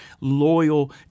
loyal